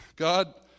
God